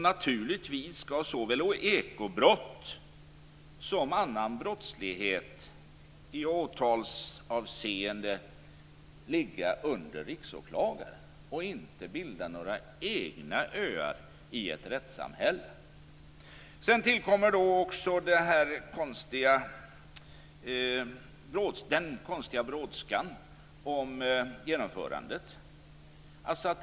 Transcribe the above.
Naturligtvis skall såväl ekobrott som annan brottslighet i åtalsavseende ligga under Riksåklagaren och inte bilda några egna öar i ett rättssamhälle. Sedan tillkommer den här konstiga brådskan i fråga om genomförandet.